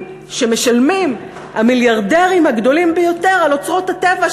שמשלמים המיליארדרים הגדולים ביותר על אוצרות הטבע,